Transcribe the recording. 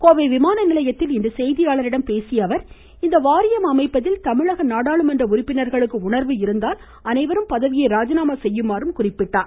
கோவை விமான நிலையத்தில் இன்று செய்தியாளர்களிடம் பேசிய அவர் இந்த வாரியம் அமைப்பதில் தமிழக நாடாளுமன்ற உறுப்பினர்களுக்கு உணர்வு இருந்தால் அனைவரும் பதவியை ராஜினாமா செய்யுமாறு கூறினார்